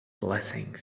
blessing